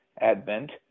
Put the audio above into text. advent